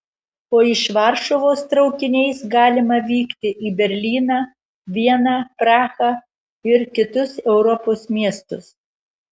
o iš varšuvos traukiniais galima vykti į berlyną vieną prahą ir kitus europos miestus